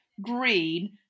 green